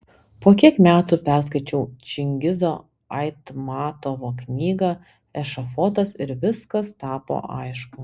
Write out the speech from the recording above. po kiek metų perskaičiau čingizo aitmatovo knygą ešafotas ir viskas tapo aišku